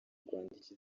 kwandika